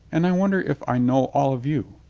and i won der if i know all of you.